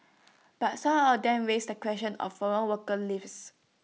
but some of them raise the question of foreign worker levies